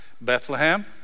Bethlehem